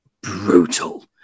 brutal